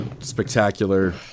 spectacular